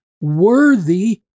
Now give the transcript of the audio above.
worthy